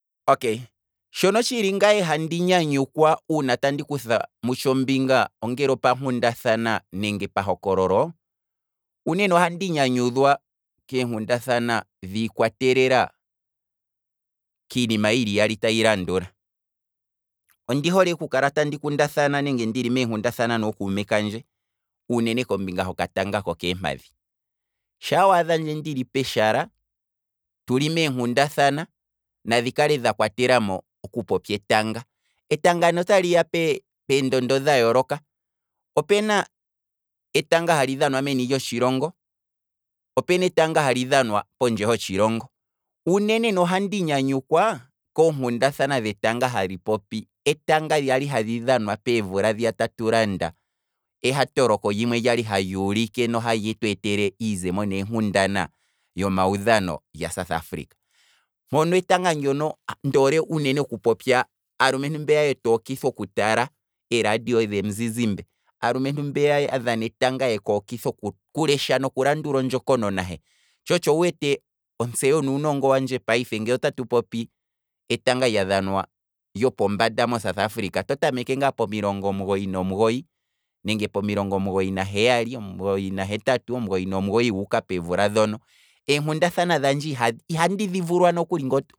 Okay, shono tshili ngaye handi nyanyukwa uuna tandi kutha ombinga ongele opa nkundathana nenge pa hokololo, uunene ohandi nyanyudhwa koonkundathana dhiikwatelela kiinima yili iyali tayi landula: ondi hole okula tandi kundathana nenge ndili moonkundathana nookume kandje, uunene kombinga hokatanga kokeempadhi, shaa wadhandje ndili peshala ndili meenkundathana, nadhi kale dha kwatelamo oku popya etanga, etanga ne otali ya ne pe- peendondo dha yooloka, opena etanga hali dhanwa meni lotshilongo, opena etanga hali dhanwa pondje ho tshilongo, uunene ne ohandi nyanyukwa koonkundaathana hali popi etanga lali hali dhanwa peevula dhiya tatu landa ehatoloko limwe lyali haluulike nohali tweetele iizemo neengundana lyomawudhano lyasouth africa, mpono etanga ndono ndoole uunene oku popya aalumentu mbeya yetu okitha okutala eeradio dhemuzizimbe, aalumentu mbeya ya dhana yeku okitha oku- okulesha noku landula ondjokonona he, tsho otsho wu wete onzeyo ye nuunongo wandje payife ngino ngele otatu popi etanga lya dhanwa lyopombanda mosouth africa, to tameke ngaa pomilongo omugoyi nomugoyi nenge pomilongo omugoyi na heyali, omugoyi nahetatu, omugoyi nomugoyi wuuka peevula dhono iha- ihandi dhi vulwa nokuli ngoto